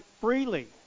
freely